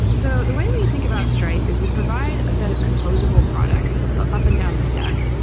so the way we think about stripe is we provide a set of composable products up and down the stack.